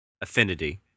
affinity